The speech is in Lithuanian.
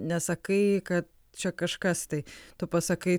nesakai kad čia kažkas tai tu pasakai